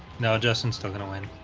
no justin still gonna win